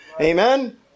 Amen